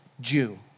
Jew